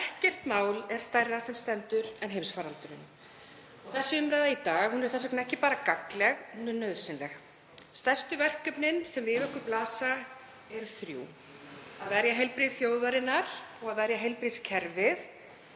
Ekkert mál er stærra sem stendur en heimsfaraldurinn. Umræðan í dag er þess vegna ekki bara gagnleg heldur nauðsynleg. Stærstu verkefnin sem við okkur blasa eru þrjú; að verja heilbrigði þjóðarinnar; verja heilbrigðiskerfið,